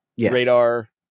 radar